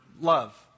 love